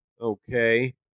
Okay